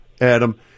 Adam